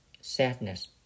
sadness